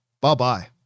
bye-bye